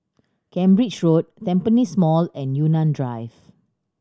Cambridge Road Tampines Mall and Yunnan Drive